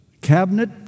cabinet